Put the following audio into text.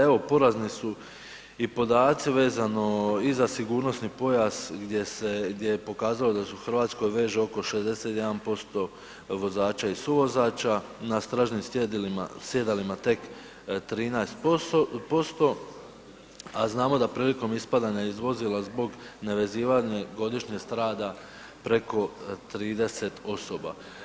Evo porazni su i podaci vezano i za sigurnosni pojas gdje je pokazalo da se u Hrvatskoj veže oko 61% vozača i suvozača, na stražnjih sjedalima tek 13% a znamo da prilikom ispadanja iz vozila zbog nevezivanja godišnje strada preko 30 osoba.